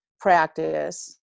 practice